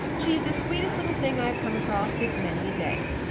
she's the sweetest little thing i have come across this many a day.